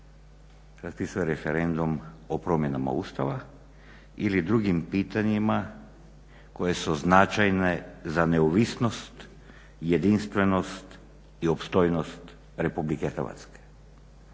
raspisuje referendum o promjenama Ustava ili drugim pitanjima koje su značajne za neovisnost, jedinstvenost i opstojnost Republike Hrvatske.